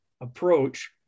approach